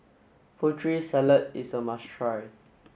Putri Salad is a must try